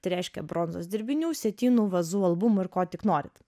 tai reiškia bronzos dirbinių sietynų vazų albumų ir ko tik norit